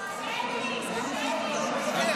שמית,